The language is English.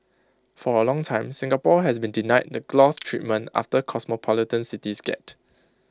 for A long time Singapore has been denied the gloss treatment after cosmopolitan cities get